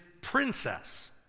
princess